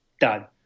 Done